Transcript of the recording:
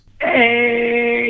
Hey